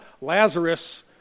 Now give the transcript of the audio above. Lazarus